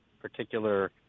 particular